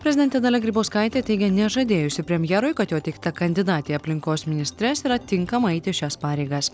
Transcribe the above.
prezidentė dalia grybauskaitė teigia nežadėjusi premjerui kad jo teikta kandidatė į aplinkos ministres yra tinkama eiti šias pareigas